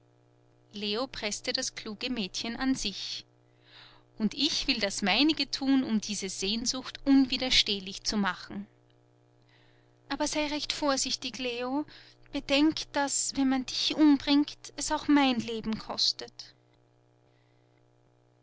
leo preßte das kluge mädchen an sich und ich will das meinige tun um diese sehnsucht unwiderstehlich zu machen aber sei recht vorsichtig leo bedenk daß wenn man dich umbringt es auch mein leben kostet